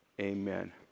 Amen